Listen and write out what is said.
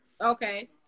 Okay